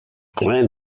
clan